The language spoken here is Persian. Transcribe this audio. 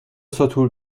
ساتور